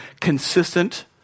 Consistent